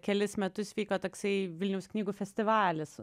kelis metus vyko toksai vilniaus knygų festivalis